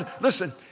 Listen